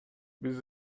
биз